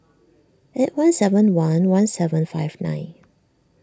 eight one seven one one seven five nine